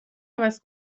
عوض